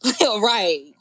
Right